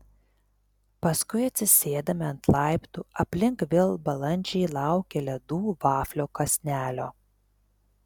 paskui atsisėdame ant laiptų aplink vėl balandžiai laukia ledų vaflio kąsnelio